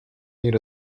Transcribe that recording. need